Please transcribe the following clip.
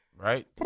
Right